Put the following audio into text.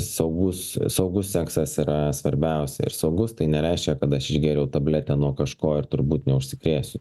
saugus saugus seksas yra svarbiausia ir saugus tai nereiškia kad aš išgėriau tabletę nuo kažko ir turbūt neužsikrėsiu